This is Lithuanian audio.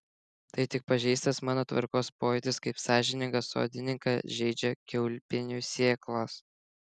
tai tik pažeistas mano tvarkos pojūtis kaip sąžiningą sodininką žeidžia kiaulpienių sėklos